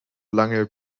lange